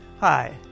Hi